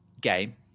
game